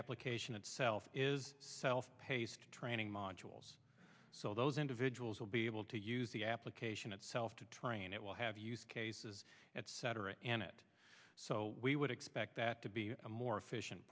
application itself is self paced training modules so those individuals will be able to use the application itself to train it will have use cases etc in it so we would expect that to be a more efficient